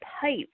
pipe